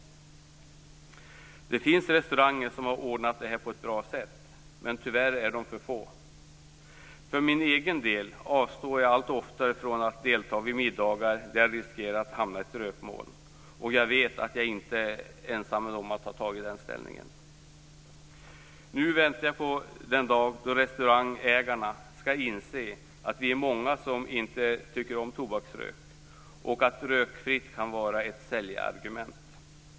Det finns restauranger som har ordnat detta på ett bra sätt. Tyvärr är de alltför få. För min egen del avstår jag allt oftare från att delta vid middagar där jag riskerar att hamna i ett rökmoln. Jag vet att jag inte är ensam om att göra ett sådant ställningstagande. Nu väntar jag på den dagen då restaurangägarna inser att vi är många som inte tycker om tobaksrök och att rökfritt kan vara ett säljargument.